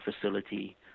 facility